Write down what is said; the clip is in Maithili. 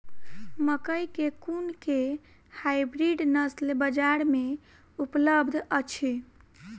मकई केँ कुन केँ हाइब्रिड नस्ल बजार मे उपलब्ध अछि?